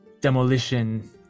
demolition